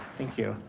thank you.